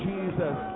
Jesus